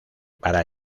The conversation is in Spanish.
para